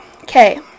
Okay